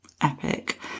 epic